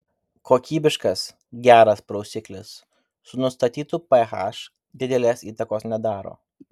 kokybiškas geras prausiklis su nustatytu ph didelės įtakos nedaro